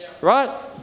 Right